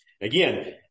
Again